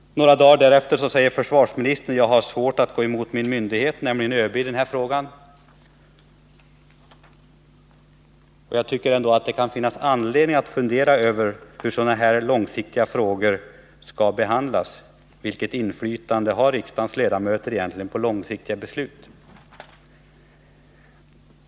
Några dagar därefter säger försvarsministern: ”Jag har svårt att gå emot min myndighet” — dvs. ÖB — ”i denna fråga.” Jag tycker att det kan finnas anledning att fundera över hur sådana här frågor skall behandlas. Vilket inflytande har egentligen riksdagens ledamöter på långsiktiga beslut?